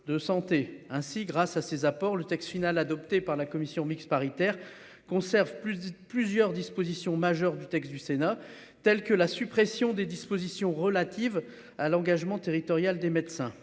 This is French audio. ainsi grâce à ces apports le texte final adopté par la commission mixte paritaire. Conserve plus de plusieurs dispositions majeures du texte du Sénat telle que la suppression des dispositions relatives à l'engagement territorial des médecins